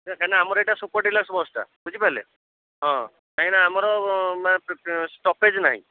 ସେ କାଇଁନା ଆମର ଏଇଟା ସୁପର୍ ଡିଲକ୍ସ ବସ୍ଟା ବୁଝିପାରିଲେ ହଁ କାହିଁକିନା ଆମର ଷ୍ଟପେଜ୍ ନାହିଁ